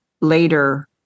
later